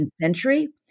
century